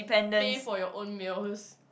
pay for your own meals